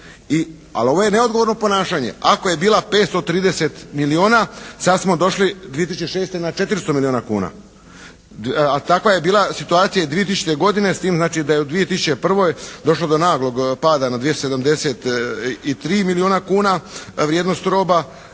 ali ovo je neodgovorno ponašanje. Ako je bila 530 milijuna sad smo došli 2006. na 400 milijuna kuna. Takva je bila situacija i 2000. godine s tim znači da je u 2001. došlo do naglog pada na 273 milijuna kuna vrijednost roba.